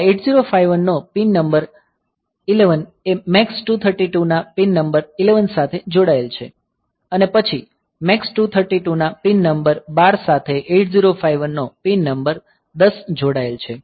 આ 8051 નો pin number 11 એ MAX232 ના પિન નંબર 11 સાથે જોડાયેલ છે અને પછી MAX232 ના પિન નંબર 12 સાથે 8051 નો પિન નંબર 10 જોડાયેલ છે